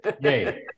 Yay